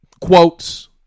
quotes